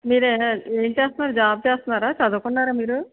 మీరు ఏ ఏం చేస్తున్నారు జాబ్ చేస్తున్నారా చదువుకున్నారా మీరు